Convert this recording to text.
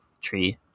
tree